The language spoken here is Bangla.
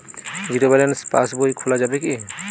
জীরো ব্যালেন্স পাশ বই খোলা যাবে কি?